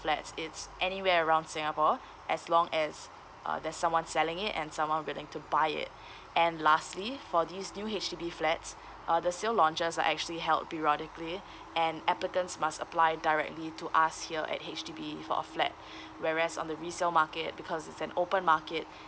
flats it's anywhere around singapore as long as uh there's someone selling it and someone willing to buy it and lastly for these new H_D_B flats uh the sale launches are actually held periodically and applicants must apply directly to us here at H_D_B for a flat whereas on the resale market because it's an open market